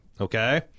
Okay